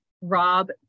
Rob